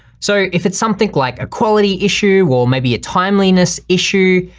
so if it's something like a quality issue or maybe a timeliness issue,